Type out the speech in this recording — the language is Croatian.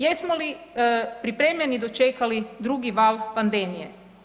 Jesmo li pripremljeni dočekali drugi val pandemije?